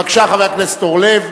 בבקשה, חבר הכנסת אורלב.